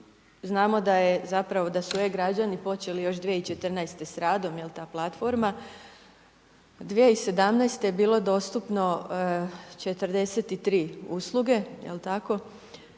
zapravo, da su e-građani počeli još 2014. s radom, ta platforma. 2017. je bilo dostupno 43 usluge. Ono što